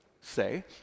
say